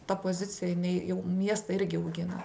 ta pozicija jinai jau miestą irgi augina